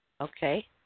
Okay